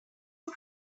und